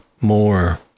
more